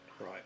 Right